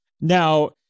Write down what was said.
Now